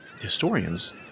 historians